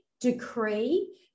decree